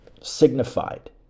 signified